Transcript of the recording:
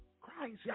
Christ